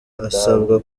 asabwa